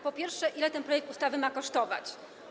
Po pierwsze, ile ten projekt ustawy ma kosztować?